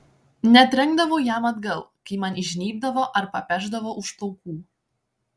netrenkdavau jam atgal kai man įžnybdavo ar papešdavo už plaukų